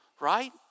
right